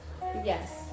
yes